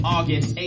August